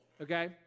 Okay